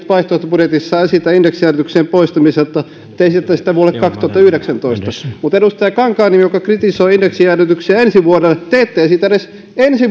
vaihtoehtobudjetissaan nyt esitä indeksijäädytyksien poistamista koko tältä vaalikaudelta te esititte vuodelle kaksituhattayhdeksäntoista mutta edustaja kankaanniemi joka kritisoitte indeksijäädytyksiä ensi vuodelle te ette esitä edes ensi